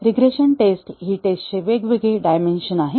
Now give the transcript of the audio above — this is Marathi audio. रिग्रेशन टेस्ट ही टेस्टचे वेगळे डायमेन्शन आहे